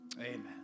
Amen